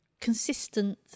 consistent